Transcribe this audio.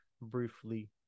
briefly